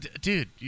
Dude